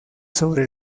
sobre